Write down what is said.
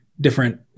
different